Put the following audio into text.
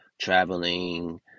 traveling